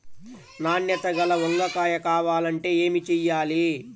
నాణ్యత గల వంగ కాయ కావాలంటే ఏమి చెయ్యాలి?